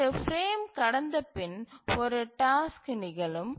இங்கு பிரேம் கடந்தபின் ஒரு டாஸ்க்கு நிகழும்